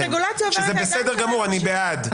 שזה בסדר גמור, אני בעד.